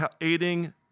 aiding